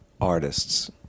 artists